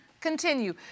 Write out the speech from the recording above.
Continue